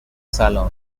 salon